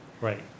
Right